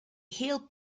heel